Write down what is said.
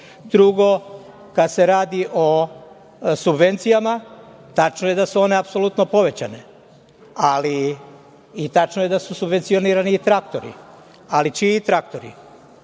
broju. Drugo, kada se radi o subvencijama, tačno je da su one apsolutno povećane i tačno je da su subvencionirani i traktori, ali čiji traktori?